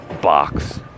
box